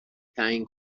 تعیین